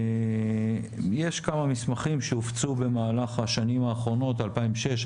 יש כמה מסמכים שהופצו במהלך השנים האחרונות 2006,